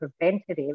preventative